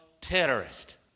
terrorist